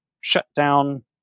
shutdown